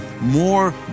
more